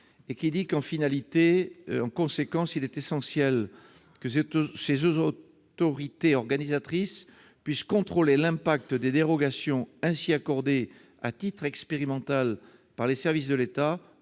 de coordination. Il est essentiel que les autorités organisatrices puissent contrôler l'impact des dérogations accordées à titre expérimental par les services de l'État